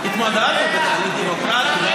התמודדנו בתהליך דמוקרטי.